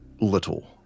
little